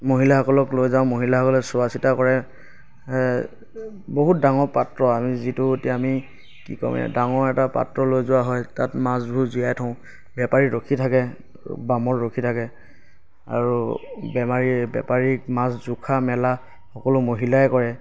মহিলাসকলক লৈ যাওঁ মহিলাসকলে চোৱা চিতা কৰে বহুত ডাঙৰ পাত্ৰ আমি যিটো এতিয়া আমি কি ক'ম এয়া ডাঙৰ এটা পাত্ৰ লৈ যোৱা হয় তাত মাছবোৰ জীয়াই থওঁ বেপাৰী ৰখি থাকে বামত ৰখি থাকে আৰু বেমাৰী বেপাৰীক মাছ জোখা মেলা সকলো মহিলাই কৰে